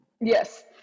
Yes